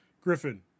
Griffin